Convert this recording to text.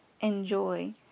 Enjoy